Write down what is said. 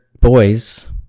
boys